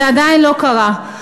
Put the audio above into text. זה עדיין לא קרה.